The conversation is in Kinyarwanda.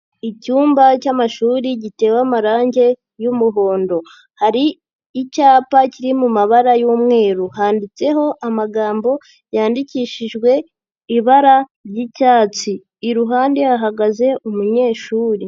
Icyumba cy'amashuri gitewe amarangi y'umuhondo. Hari icyapa kiri mu mabara y'umweru, handitseho amagambo yandikishijwe ibara ry'icyatsi, iruhande hahagaze umunyeshuri.